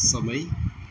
समय